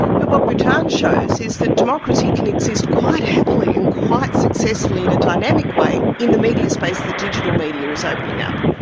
but what bhutan shows is that democracy can exist quite happily and quite successfully in a dynamic way in the media space that digital media is opening up,